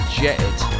jetted